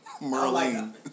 Merlin